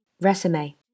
Resume